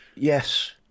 Yes